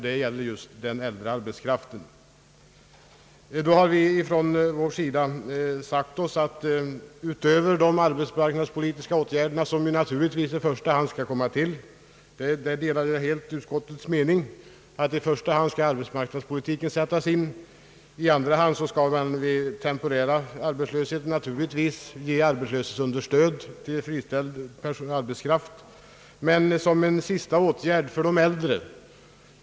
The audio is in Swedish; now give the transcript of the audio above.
Detta gäller just den äldre arbetskraften. Jag delar helt utskottets mening, att det i första hand gäller att sätta in arbetsmarknadspolitiska — åtgärder. I andra hand kan man vid temporär arbetslöshet ge arbetslöshetsunderstöd till friställd arbetskraft. Man kan även tänka sig arbetslöshetsunderstöd som en sista åtgärd för de äldre.